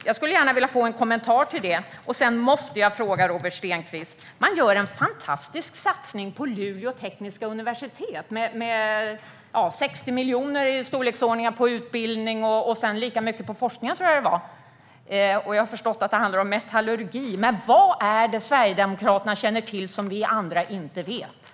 Jag skulle gärna vilja få en kommentar till det. Jag måste också fråga Robert Stenkvist om den fantastiska satsning man gör på Luleå tekniska universitet i storleksordningen 60 miljoner på utbildningen, och jag tror att det var lika mycket på forskningen. Jag har förstått att det handlar om metallurgi. Men vad är det Sverigedemokraterna känner till som vi andra inte känner till?